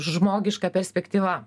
žmogiška perspektyva